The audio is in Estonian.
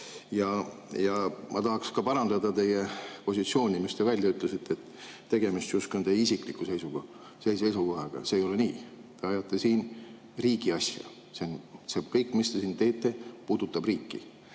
Ja ma tahaksin parandada teie positsiooni, mille te välja ütlesite, et tegemist justkui on teie isikliku seisukohaga. See ei ole nii. Te ajate siin riigi asja, kõik, mis te siin teete, puudutab riiki.